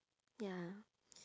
ya